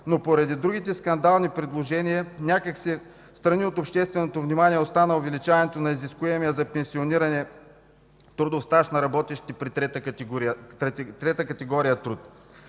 но поради другите скандални предложения някак си встрани от общественото внимание остана увеличаването на изискуемия за пенсиониране трудов стаж на работещите при трета категория труд.